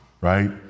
right